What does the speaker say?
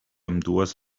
ambdues